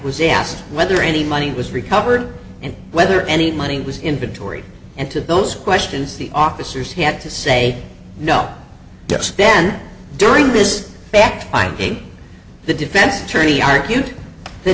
was asked whether any money was recovered and whether any money was inventory and to those questions the officers had to say no then during this fact finding the defense attorney argued th